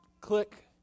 click